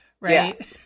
right